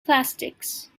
plastics